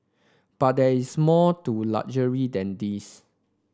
but there is more to luxury than these